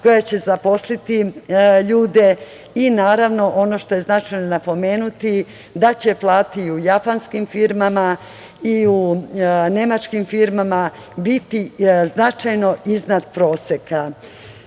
koja će zaposliti ljude. Naravno, ono što je značajno napomenuti, da će plate i u japanskim firmama i u nemačkim firmama biti značajno iznad proseka. Na